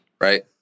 right